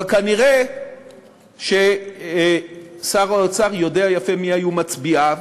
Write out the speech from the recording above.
אבל כנראה שר האוצר יודע יפה מי היו מצביעיו,